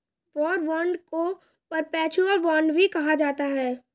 war bond को perpetual bond भी कहा जाता है